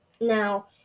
now